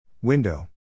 Window